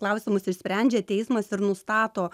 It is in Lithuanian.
klausimus išsprendžia teismas ir nustato